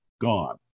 gone